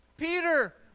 Peter